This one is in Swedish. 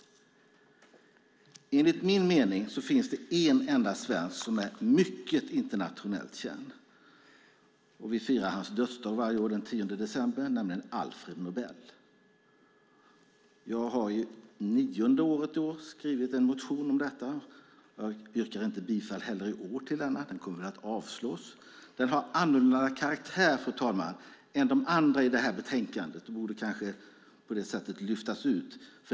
Enligt min mening finns det en enda svensk som är internationellt mycket känd. Vi firar hans dödsdag varje år den 10 december, nämligen Alfred Nobel. Jag har nionde året i år skrivit en motion om Alfred Nobel, men jag yrkar inte heller i år bifall till den, den kommer att avslås. Den har annorlunda karaktär, fru talman, än de andra i det här betänkandet och borde därför kanske lyftas ut.